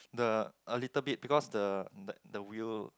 the a little bit because the the the wheel